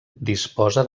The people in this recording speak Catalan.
disposa